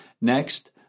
Next